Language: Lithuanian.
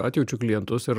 atjaučiu klientus ir